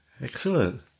Excellent